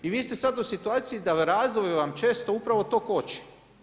I vi ste sad u situaciji da razvoj vam često upravo to koči.